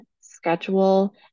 schedule